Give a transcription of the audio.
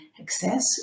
access